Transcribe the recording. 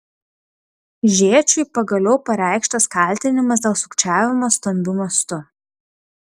žėčiui pagaliau pareikštas kaltinimas dėl sukčiavimo stambiu mastu